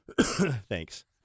Thanks